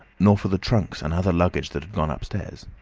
nor for the trunks and other luggage that had gone upstairs.